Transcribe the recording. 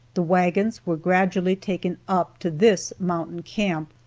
the wagons were gradually taken up to this mountain camp,